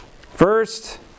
First